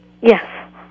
Yes